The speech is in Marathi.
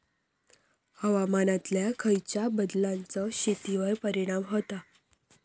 हवामानातल्या खयच्या बदलांचो शेतीवर परिणाम होता?